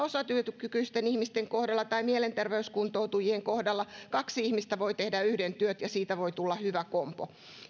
osatyökykyisten ihmisten kohdalla tai mielenterveyskuntoutujien kohdalla kaksi ihmistä voi tehdä yhden työt ja siitä voi tulla hyvä kombo